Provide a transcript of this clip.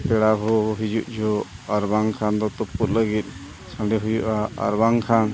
ᱯᱮᱲᱟ ᱦᱚᱲ ᱦᱤᱡᱩᱜ ᱡᱚᱦᱚᱜ ᱟᱨ ᱵᱟᱝᱠᱷᱟᱱ ᱫᱚ ᱛᱩᱯᱩᱫ ᱞᱟᱹᱜᱤᱫ ᱥᱟᱺᱰᱤ ᱦᱩᱭᱩᱜᱼᱟ ᱟᱨ ᱵᱟᱝᱠᱷᱟᱱ